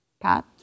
Pat